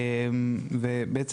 בעצם,